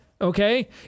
Okay